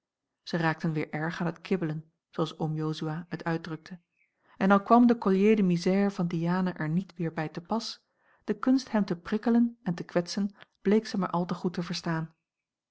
zij raakten weer erg aan het kibbelen zooals oom jozua het uitdrukte en al kwam de collier de misère van diana er niet weer bij te pas de kunst hem te prikkelen en te kwetsen bleek zij maar al te goed te verstaan